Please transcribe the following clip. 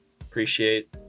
appreciate